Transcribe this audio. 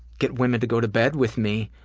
get women to go to bed with me,